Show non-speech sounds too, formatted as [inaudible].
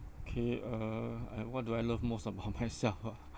okay uh I what do I love most about myself ah [laughs]